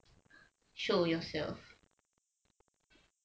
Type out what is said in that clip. show yourself